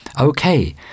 Okay